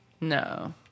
No